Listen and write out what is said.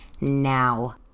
now